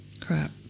Crap